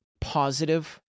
positive